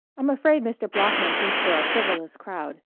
i'm afraid mr. bloeckman thinks we're a frivolous crowd,